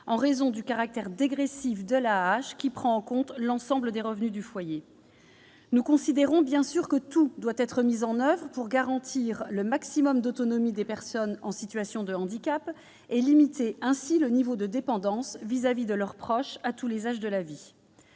en raison du caractère dégressif de l'AAH, qui prend en compte l'ensemble des revenus du foyer. Bien sûr, nous considérons que tout doit être mis en oeuvre pour garantir le maximum d'autonomie des personnes en situation de handicap et limiter ainsi le niveau de dépendance à l'égard de leurs proches, à tous les âges de la vie.